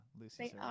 lucy's